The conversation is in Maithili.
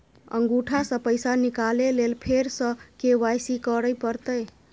अंगूठा स पैसा निकाले लेल फेर स के.वाई.सी करै परतै?